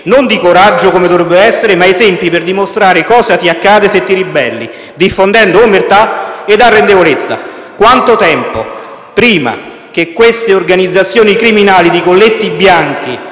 non di coraggio, come dovrebbe essere, ma esempi per dimostrare cosa ti accade se ti ribelli, diffondendo omertà ed arrendevolezza. Quanto tempo dovrà passare prima che queste organizzazioni criminali di colletti bianchi,